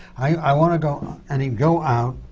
i want to go and he'd go out,